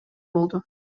болду